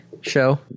show